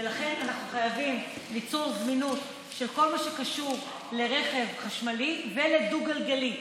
לכן אנחנו חייבים ליצור זמינות של כל מה שקשור לרכב חשמלי ודו-גלגלי.